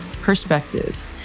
perspective